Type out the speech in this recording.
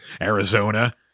Arizona